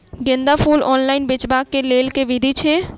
गेंदा फूल ऑनलाइन बेचबाक केँ लेल केँ विधि छैय?